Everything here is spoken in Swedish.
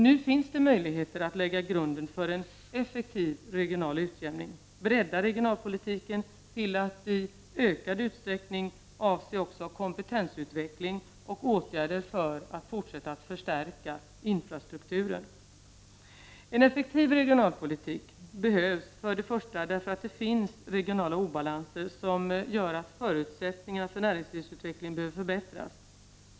Nu finns det möjligheter att lägga grunden för en effektiv regional utjämning och bredda regionalpolitiken till att i ökad utsträckning avse också kompetensutveckling och åtgärder för att fortsätta att förstärka infrastrukturen. En effektiv regionalpolitik behövs för det första därför att det finns regionala obalanser som gör att förutsättningarna för näringslivets utveckling behöver förbättras.